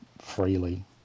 freely